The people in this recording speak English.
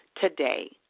today